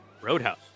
Roadhouse